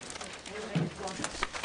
הישיבה ננעלה בשעה 11:58.